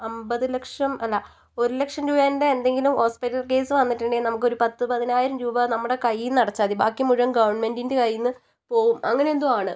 അമ്പത് ലക്ഷം അല്ല ഒരു ലക്ഷം രൂപേൻ്റെ എന്തെങ്കിലും ഹോസ്പിറ്റൽ കേസ് വന്നിട്ടുണ്ടെങ്കിൽ നമുക്ക് ഒരു പത്ത് പതിനായിരം രൂപ നമ്മുടെ കയ്യിൽ നിന്നടച്ചാൽ മതി ബാക്കി മുഴുവൻ ഗവണ്മെന്റിൻ്റെ കയ്യിൽ നിന്ന് പോകും അങ്ങനെ എന്തോ ആണ്